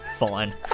Fine